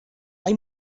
hay